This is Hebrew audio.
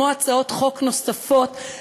כמו הצעות חוק נוספות,